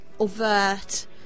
overt